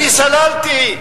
אני סללתי,